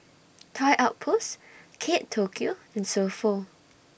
Toy Outpost Kate Tokyo and So Pho